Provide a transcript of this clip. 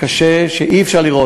קשה, שאי-אפשר לראות.